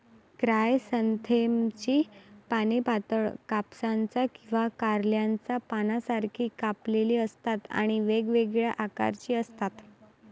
क्रायसॅन्थेममची पाने पातळ, कापसाच्या किंवा कारल्याच्या पानांसारखी कापलेली असतात आणि वेगवेगळ्या आकाराची असतात